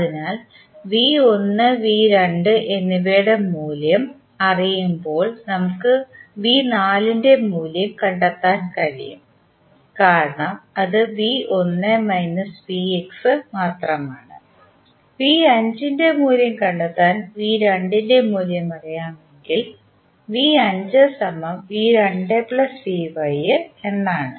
അതിനാൽ എന്നിവയുടെ മൂല്യം അറിയുമ്പോൾ നമുക്ക് ന്റെ മൂല്യം കണ്ടെത്താൻ കഴിയും കാരണം അത് മാത്രമാണ് ന്റെ മൂല്യം കണ്ടെത്താൻ ന്റെ മൂല്യം അറിയാമെങ്കിൽ എന്നാണ്